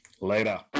Later